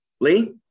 lee